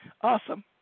awesome